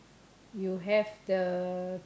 you have the